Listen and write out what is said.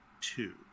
two